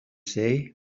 say